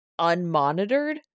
unmonitored